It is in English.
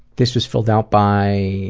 this is filled out by